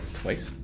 twice